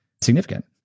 significant